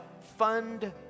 fund